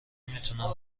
میتونم